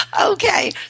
Okay